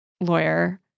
lawyer